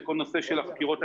כנראה שלא הסברתי את עצמי היטב.